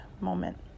moment